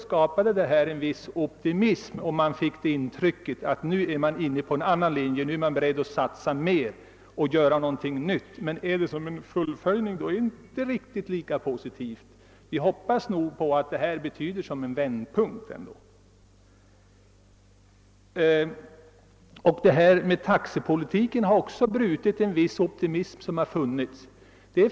Nu skapades emellertid en viss optimism, och man fick intrycket att statsmakterna är inne på en annan linje: att satsa mer och att göra någonting nytt. — Gäller det endast ett fullföljande är det dock inte riktigt lika positivt, men vi hoppas ändå att detta betyder en vändpunkt. Taxepolitiken har brutit en viss optimism som funnits.